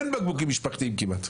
אין בקבוקים משפחתיים כמעט.